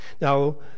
Now